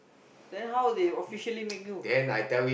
then how they officially make you